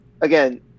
again